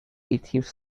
eighteenth